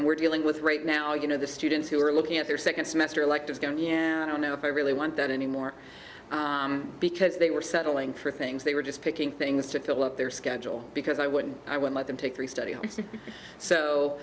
and we're dealing with right now you know the students who are looking at their second semester electives going to don't know if i really want that anymore because they were settling for things they were just picking things to fill up their schedule because i wouldn't i would let them take three stud